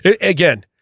Again